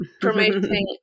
Promoting